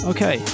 Okay